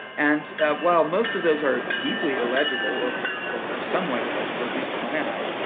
and while most of those are deeply illegible or or somewhat illegible, at least to my eyes,